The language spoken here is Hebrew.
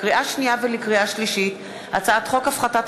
לקריאה שנייה ולקריאה שלישית: הצעת חוק הפחתת